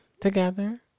together